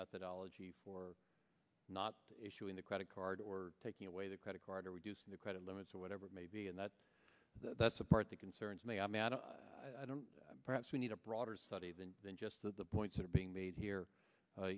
methodology for not issuing the credit card or taking away the credit card or reducing the credit limits or whatever it may be and that's the that's the part that concerns me perhaps we need a broader study than than just that the points that are being made here